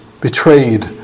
betrayed